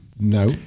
No